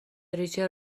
ریچل